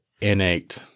innate